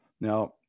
Now